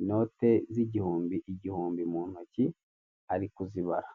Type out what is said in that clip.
inote z'igihumbi igihumbi mu ntoki arikuzibara.